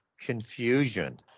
confusion